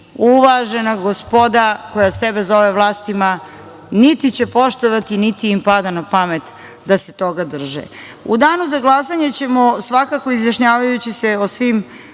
uvažena gospoda koja sebe zove vlastima niti će poštovati, niti im pada na pamet da se toga drže.U danu za glasanje ćemo svakako, izjašnjavajući se o svim